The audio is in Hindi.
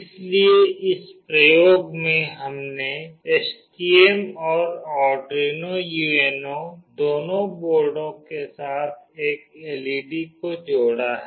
इसलिए इस प्रयोग में हमने एसटीएम और आर्डुइनो UNO दोनों बोर्डों के साथ एक एलईडी को जोड़ा है